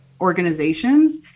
Organizations